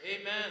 Amen